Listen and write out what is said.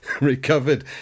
recovered